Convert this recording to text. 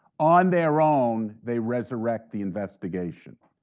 on their own they resurrect the investigation.